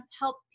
help